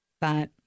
But-